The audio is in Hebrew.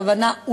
הכוונה,